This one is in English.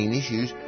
issues